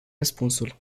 răspunsul